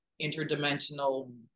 interdimensional